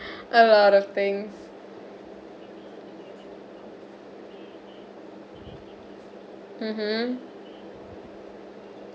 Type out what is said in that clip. a lot of things mmhmm